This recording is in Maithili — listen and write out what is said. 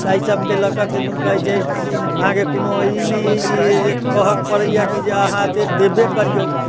ताहि सबके लऽ के किदुन कहैत छै अहाँकेँ कोनो ई नहि अइ जे कहके पड़ैया कि जे अहाँ एतेक देबे करिऔ